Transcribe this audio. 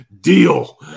deal